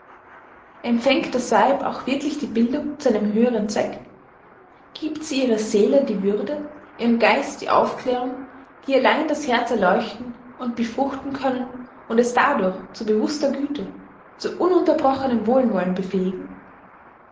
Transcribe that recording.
empfängt das weib auch wirklich die bildung zu einem höheren zweck gibt sie ihrer seele die würde ihrem geist die aufklärung die allein das herz erleuchten und befruchten können und es dadurch zu bewußter güte zu ununterbrochenem wohlwollen befähigen